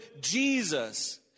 Jesus